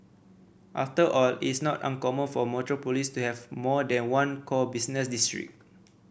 after all it's not uncommon for metropolis to have more than one core business district